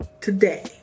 today